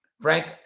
Frank